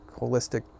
holistic